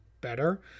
better